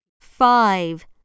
Five